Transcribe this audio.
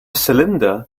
cylinder